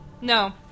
No